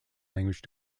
language